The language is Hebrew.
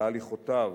להליכותיו.